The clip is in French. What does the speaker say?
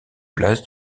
place